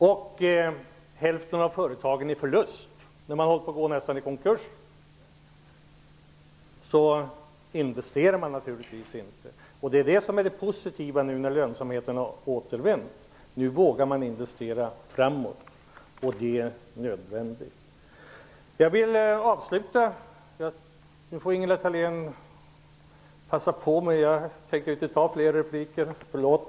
När hälften av företagen går med förlust och nästan håller på att gå i konkurs investerar man naturligtvis inte. Det positiva nu när lönsamheten har återvänt är att man vågar investera framåt. Det är nödvändigt. Nu får Ingela Thalén passa på mig. Jag tänker inte ta fler repliker. Förlåt!